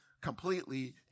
completely